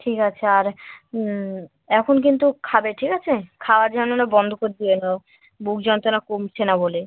ঠিক আছে আর এখন কিন্তু খাবে ঠিক আছে খাওয়া যেন না বন্ধ করে দিও না বুক যন্ত্রণা কমছে না বলে